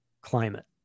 climate